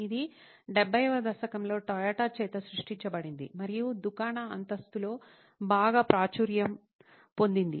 ఇది 70 వ దశకంలో టయోటా చేత సృష్టించబడింది మరియు దుకాణ అంతస్తులో బాగా ప్రాచుర్యం పొందింది